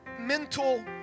mental